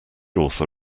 author